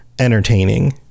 entertaining